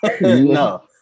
No